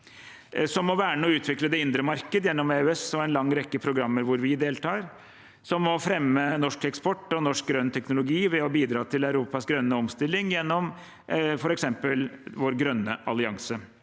som å verne og utvikle det indre marked, gjennom EØS og en lang rekke programmer hvor vi deltar – som å fremme norsk eksport og norsk grønn teknologi ved å bidra til Europas grønne omstilling gjennom f.eks. Grønn Allianse